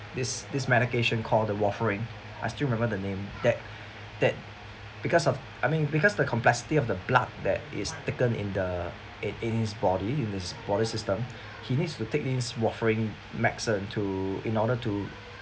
this this medication called a warfarin I still remember the name that that because of I mean because the complexity of the blood that is taken in the it in his body in his body system he needs to take this warfarin medicine to in order to